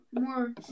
more